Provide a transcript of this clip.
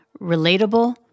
relatable